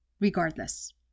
regardless